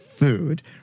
food